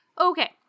Okay